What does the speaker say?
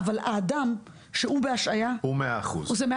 אבל עבור האדם שהוא בהשעיה זה 100%,